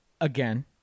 Again